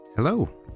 Hello